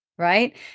Right